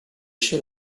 chez